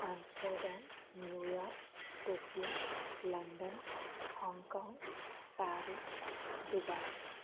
Amsterdam New York Tokyo London Hong Kong Paris Dubai